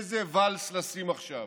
איזה ולס לשים עכשיו.